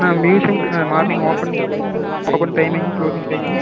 அண்ணா மியூஸியமுக்கு morning open open timing closing timing